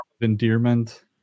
endearment